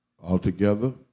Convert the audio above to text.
Altogether